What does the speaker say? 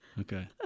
Okay